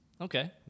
Okay